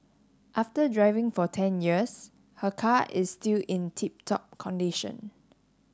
after driving for ten years her car is still in tip top condition